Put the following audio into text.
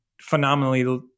phenomenally